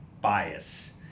bias